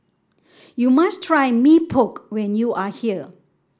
you must try Mee Pok when you are here